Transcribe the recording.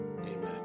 Amen